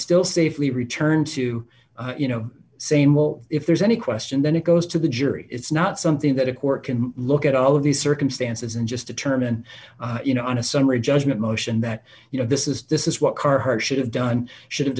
still safely return to you know same well if there's any question then it goes to the jury it's not something that a court can look at all of these circumstances and just determine you know on a summary judgment motion that you know this is this is what carhartt should have done should have